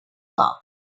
top